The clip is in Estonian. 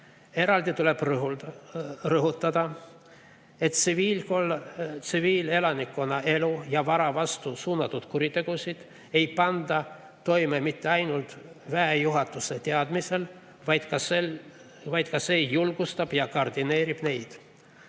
Eraldi tuleb rõhutada, et tsiviilelanikkonna elu ja vara vastu suunatud kuritegusid ei panda toime mitte ainult väejuhatuse teadmisel, vaid see ka julgustab ja koordineerib neid.